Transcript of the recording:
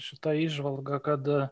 šita įžvalga kad